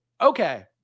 Okay